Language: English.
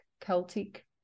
celtic